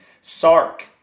Sark